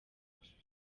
mashusho